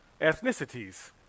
ethnicities